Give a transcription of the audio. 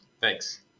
Thanks